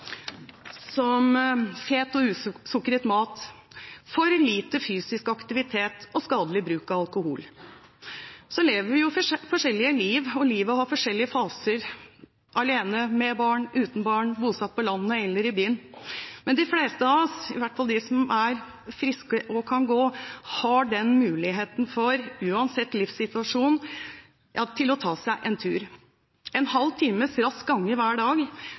fet og sukret mat, for lite fysisk aktivitet og skadelig bruk av alkohol. Så lever vi jo forskjellige liv, og livet har forskjellige faser – vi bor alene, med barn, uten barn, er bosatt på landet eller i byen. Men de fleste av oss har, uansett livssituasjon – i hvert fall de som er friske og kan gå – muligheten til å ta seg en tur. En halv times rask gange hver dag